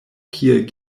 kiel